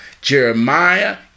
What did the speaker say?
Jeremiah